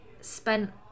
spent